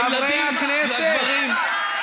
חברי הכנסת,